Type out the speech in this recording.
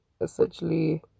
essentially